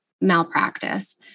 malpractice